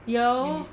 yo